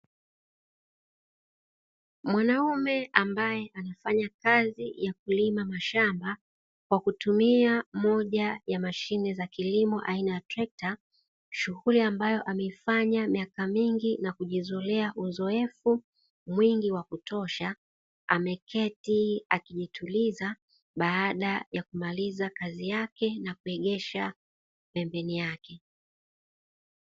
Mwanamume ambaye anafanya kazi ya kulima mashamba kwa kutumia moja ya mashine za kilimo aina ya trekta, shughuli ambayo ameifanya miaka mingi na kujizoea uzoefu mwingi wa kutosha ameketi akijituliza baada ya kumaliza kazi yake na kuegesha pembeni yake.